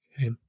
Okay